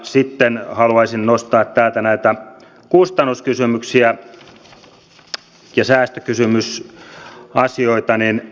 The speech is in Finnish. sitten haluaisin nostaa täältä näitä kustannuskysymyksiä ja säästökysymysasioita